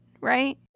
right